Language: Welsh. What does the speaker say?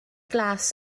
glas